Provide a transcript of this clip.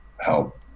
help